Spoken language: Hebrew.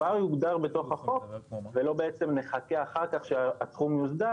כבר יוגדר בתוך החוק ולא בעצם נחכה אחר כך שהתחום יוסדר